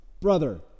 brother